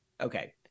okay